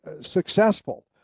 successful